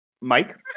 Mike